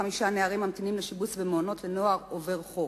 345 נערים ממתינים לשיבוץ במעונות לנוער עובר חוק.